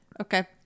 Okay